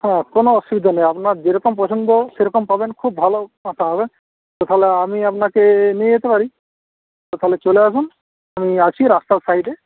হ্যাঁ কোনও অসুবিধা নেই আপনার যেরকম পছন্দ সেরকম পাবেন খুব ভালো কাঁথা হবে তো তাহলে আমি আপনাকে নিয়ে যেতে পারি তাহলে চলে আসুন আমি আছি রাস্তার সাইডে